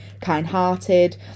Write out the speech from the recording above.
kind-hearted